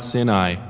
Sinai